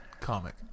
comic